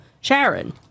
Sharon